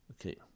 Okay